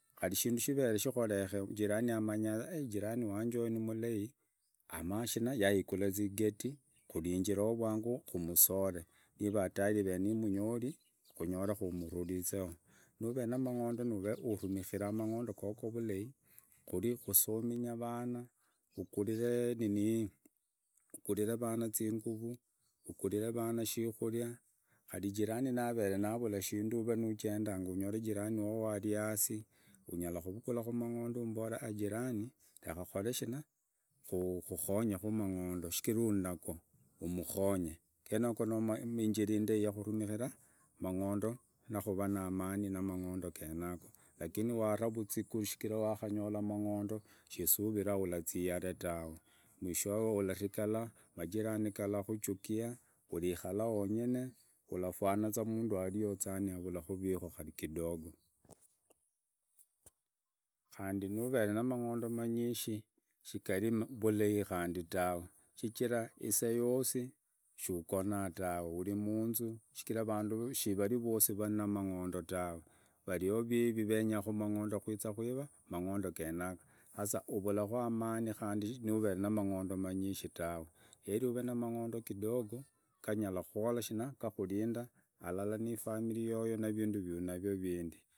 Kari ishindu shiveye, jirani wange uyu numulai yahigula eyeti kurinjila vivangu kumusoro niva hatari ivava nimunyori, kunyore kumuturizaho, nure namang'ondo, nure uramikira mang'ondo gugu vulai kuri kosominya vana, kugurira orang lang nainguru, ugurira arana ishukuria, kari jirani naverla ishindu, ove nöjendang, onyore jirani wovo ari hasi anyala kurugula kuamangiando umbole a jirani reka kokere shina, kukukonyeku amang'ondo chigira uri nago, umukhonye, genago numanyi ni injira indai yakutumikira mang'ondo nukuva naamani na mang'ondo genago, lakini wata urwereri shigira wakanyola amang'ondo sisuvita urazia ihale dawe mwishowe uratigala amajirani varakuchukia urikala wengine, alafanaza umundu warihuza yani avulaza uvwiko kari kidogo. Kandi nuveye na mang'ondo manyishe, shigori vulai kandi towe shijira isa yesi shugona tawe uri munzu. Shijira vandu rosi vari namang'ondo tawe, variho vivi venya kumang'ondo kuiza kwiva mang'ondo genayo. Sasa uvulaku amani kandi noveye namang'onde aminje tawe, heri ove namang'ondo kidogo ganyala kokhola shinya, gakurinda halala nefamiri yoyo ne vindu vyurinavyo vinde.